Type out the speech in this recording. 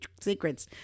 secrets